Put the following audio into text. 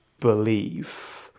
believe